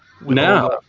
Now